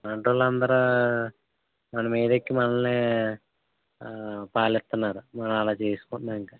అలాంటోళ్ళ అందరు మన మీదకి మనల్ని పాలిస్తున్నారు మనం అలా చేసుకుంటున్న ఇంకా